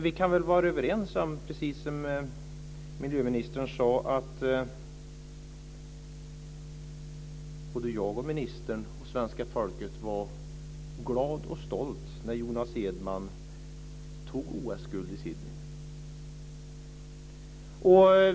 Vi kan vara överens om att vi alla - både jag, ministern och svenska folket - precis som miljöminstern sade var glada och stolta när Jonas Edman tog OS guld i Sydney.